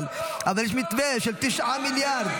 אבל יש מתווה של 9 מיליארד.